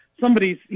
somebody's